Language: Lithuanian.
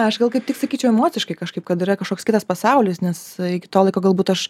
aš gal kaip tik sakyčiau emociškai kažkaip kad yra kažkoks kitas pasaulis nes iki to laiko galbūt aš